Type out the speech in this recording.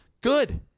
Good